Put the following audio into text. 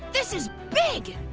this is big!